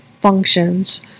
functions